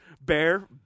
bear